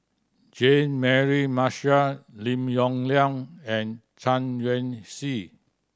Jean Mary Marshall Lim Yong Liang and Chen Hsi